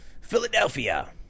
Philadelphia